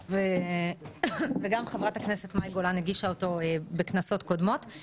גם חברת הכנסת מאי גולן הגישה אותו בכנסות קודמות.